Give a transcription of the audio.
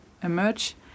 emerge